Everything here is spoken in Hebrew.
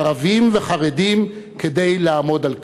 ערבים וחרדים, כדי לעמוד על כך.